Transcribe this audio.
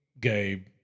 Gabe